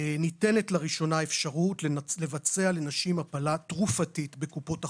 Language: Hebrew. ניתנת לראשונה אפשרות לבצע לנשים הפלה תרופתית בקופות החולים.